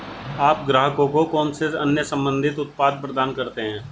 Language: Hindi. आप ग्राहकों को कौन से अन्य संबंधित उत्पाद प्रदान करते हैं?